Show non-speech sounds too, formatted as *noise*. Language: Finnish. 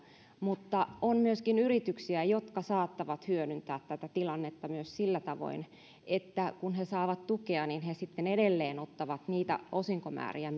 mutta on myöskin yrityksiä jotka saattavat hyödyntää tätä tilannetta myös sillä tavoin että kun he saavat tukea niin he sitten edelleen ottavat niitä osinkomääriä *unintelligible*